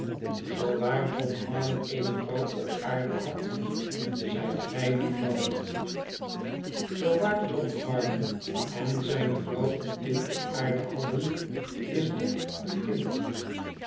waar john harmon eene vrouw op aarde had zijt gij die vrouw zoo waar john h armon en zijne vrouw een kmd op aarde hadden is dit hun kind